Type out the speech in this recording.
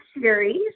series